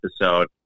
episode